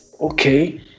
Okay